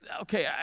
okay